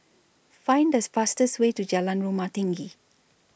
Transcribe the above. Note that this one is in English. Find This fastest Way to Jalan Rumah Tinggi